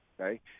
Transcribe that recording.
Okay